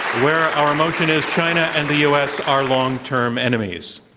where our motion is china and the u. s. are long-term enemies.